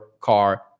car